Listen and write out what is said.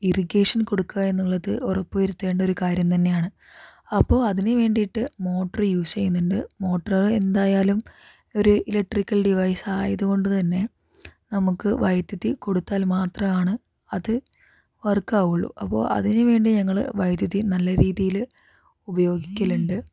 irrigation കൊടുക്കുക എന്നുള്ളത് ഉറപ്പുവരുത്തേണ്ട ഒരു കാര്യം തന്നെയാണ് അപ്പോൾ അതിനുവേണ്ടിയിട്ട് മോട്ടർ യൂസ് ചെയ്യുന്നുണ്ട് മോട്ടോർ എന്തായാലും ഒരു ഇലക്ട്രിക്കൽ ഡിവൈസ് ആയതുകൊണ്ട് തന്നെ നമുക്ക് വൈദ്യുതി കൊടുത്താല് മാത്രമാണ് അത് വര്ക്ക് ആവുകയുള്ളൂ അപ്പോൾ അതിനുവേണ്ടി ഞങ്ങൾ വൈദ്യുതി നല്ല രീതിയില് ഉപയോഗിക്കലുണ്ട്